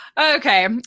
Okay